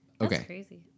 Okay